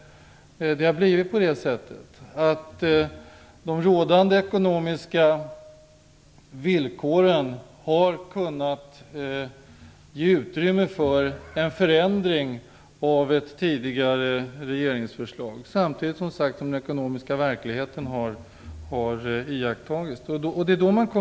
De rådande ekonomiska villkoren har kunnat ge utrymme för en förändring av tidigare regeringsförslag samtidigt som den ekonomiska verkligheten har iakttagits.